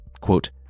quote